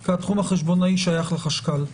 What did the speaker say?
כי התחום החשבונאי שייך לחשכ"ל.